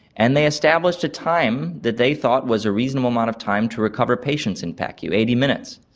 and they established a time that they thought was a reasonable amount of time to recover patients in pacu, eighty minutes,